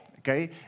Okay